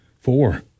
four